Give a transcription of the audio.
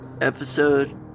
episode